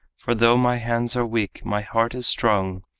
for though my hands are weak my heart is strong,